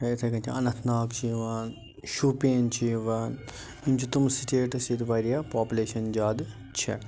یا یِتھَے کٔنۍ اننت ناگ چھُ یِوان شُپین چھُ یِوان یِم چھِ تِم سِٹیٹس ییٚتہِ وارِیاہ پاپلیشن زیادٕ چھَ